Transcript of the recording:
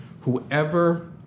Whoever